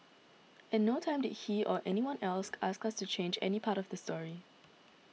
at no time did he or anyone else ask us to change any part of the story